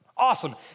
awesome